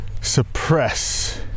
suppress